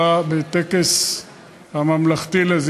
בעי"ן, אבל מה עושה הממשלה?